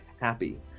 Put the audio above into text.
happy